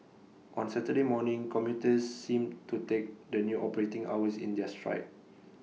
on Saturday morning commuters seemed to take the new operating hours in their stride